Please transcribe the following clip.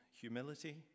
humility